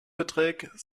beträgt